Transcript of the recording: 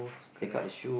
correct